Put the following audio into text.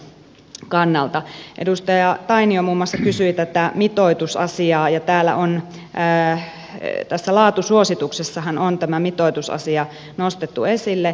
muun muassa edustaja tainio kysyi tätä mitoitusasiaa ja tässä laatusuosituksessahan on tämä mitoitusasia nostettu esille